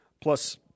plus